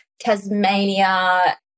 Tasmania